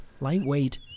lightweight